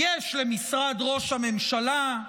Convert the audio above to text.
יש למשרד ראש הממשלה.